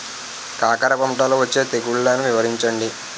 కాకర పంటలో వచ్చే తెగుళ్లను వివరించండి?